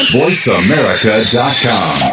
voiceamerica.com